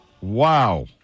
Wow